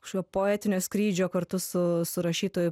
kažkokio poetinio skrydžio kartu su su rašytoju